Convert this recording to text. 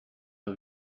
nur